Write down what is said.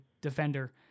defender